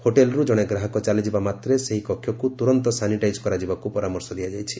ହୋଟେଲ୍ରୁ ଜଣେ ଗ୍ରାହକ ଚାଲିଯିବା ମାତ୍ରେ ସେହି କକ୍ଷକୁ ତୁରନ୍ତ ସାନିଟାଇଜ୍ କରାଯିବାକୁ ପରାମର୍ଶ ଦିଆଯାଇଛି